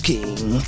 King